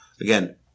again